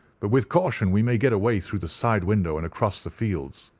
but with caution we may get away through the side window and across the fields.